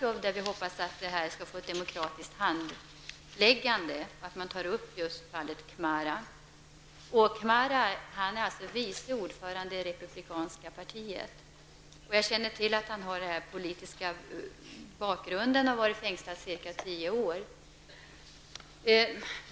Vi uttryckte en förhoppning om att ärendet skall få ett demokratiskt handläggande. Khmara är vice ordförande i republikanska partiet. Jag känner till hans politiska bakgrund och att han har suttit i fängelse i ungefär tio år.